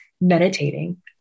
meditating